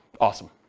Awesome